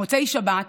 מוצאי שבת,